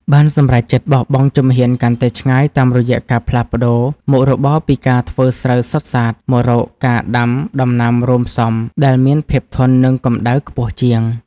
បានសម្រេចចិត្តបោះជំហានកាន់តែឆ្ងាយតាមរយៈការផ្លាស់ប្តូរមុខរបរពីការធ្វើស្រូវសុទ្ធសាធ មករកការដាំដំណាំរួមផ្សំដែលមានភាពធន់នឹងកម្តៅខ្ពស់ជាង។